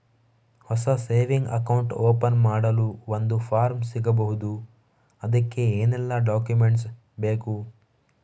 ಹೊಸ saving account open ಮಾಡಲು ಒಂದು ಫಾರ್ಮ್ ಸಿಗಬಹುದು? ಅದಕ್ಕೆ ಏನೆಲ್ಲಾ ಡಾಕ್ಯುಮೆಂಟ್ಸ್ ಬೇಕು?